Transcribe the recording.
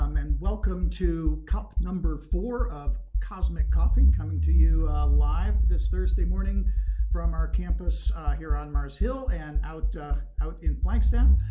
um and welcome to cup number four of cosmic coffee, coming to you live this thursday morning from our campus here on mars hill and out out in flagstaff.